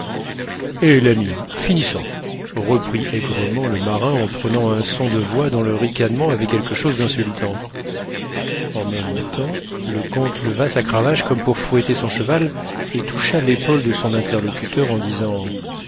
eh l'ami finissons reprit aigrement le marin en prenant un son de voix dont le ricanement avait quelque chose d'insultant en même temps le comte leva sa cravache comme pour fouetter son cheval et toucha l'épaule de son interlocuteur en disant